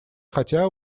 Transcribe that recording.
хотя